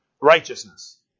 righteousness